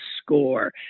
score